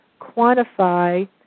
quantify